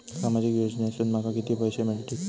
सामाजिक योजनेसून माका किती पैशे मिळतीत?